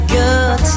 good